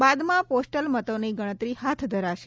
બાદમાં પોસ્ટલ મતોની ગણતરી હાથ ધરાશે